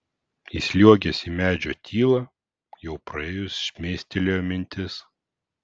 įsliuogęs į medžio tylą jau praėjus šmėstelėjo mintis